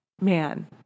Man